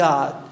God